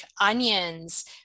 onions